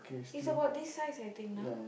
is about this size I think now